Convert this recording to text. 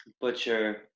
Butcher